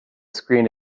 screen